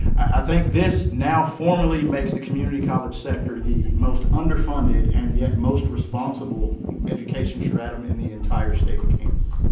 i think this now formally makes the community college sector the most under-funded and yet most responsible education stratum in the entire state of kansas.